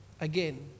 again